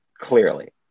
clearly